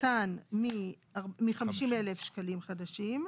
קטן מ-50,000 שקלים חדשים,